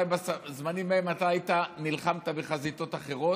אולי בזמנים האלה אתה נלחמת בחזיתות אחרות: